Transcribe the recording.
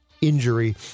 injury